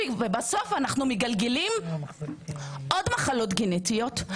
בסוף אנחנו מגלגלים עוד מחלות גנטיות,